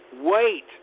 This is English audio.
wait